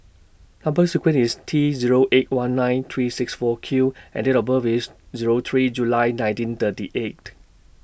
Number sequence IS T Zero eight one nine three six four Q and Date of birth IS Zero three July nineteen thirty eight